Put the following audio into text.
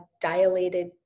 dilated